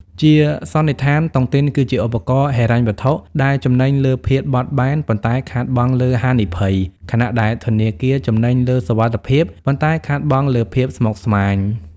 ជាសន្និដ្ឋាន តុងទីនគឺជាឧបករណ៍ហិរញ្ញវត្ថុដែលចំណេញលើ "ភាពបត់បែន" ប៉ុន្តែខាតបង់លើ "ហានិភ័យ" ខណៈដែលធនាគារចំណេញលើ "សុវត្ថិភាព" ប៉ុន្តែខាតបង់លើ "ភាពស្មុគស្មាញ"។